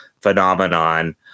phenomenon